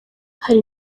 hari